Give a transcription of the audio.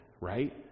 right